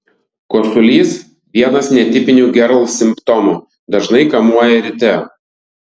kosulys vienas netipinių gerl simptomų dažnai kamuoja ryte